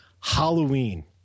Halloween